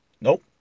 Nope